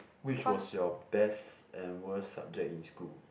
which was your best and worst subject in school